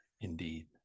Indeed